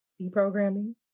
deprogramming